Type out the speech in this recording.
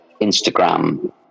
Instagram